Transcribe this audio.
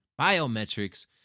biometrics